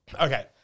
Okay